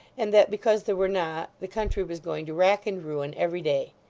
and that because there were not, the country was going to rack and ruin every day.